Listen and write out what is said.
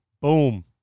boom